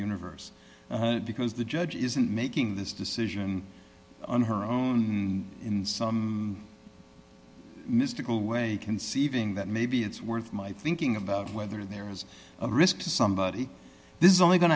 universe because the judge isn't making this decision on her own and in some mystical way conceiving that maybe it's worth my thinking about whether there is a risk to somebody this is only going